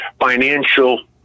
financial